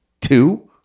two